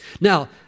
Now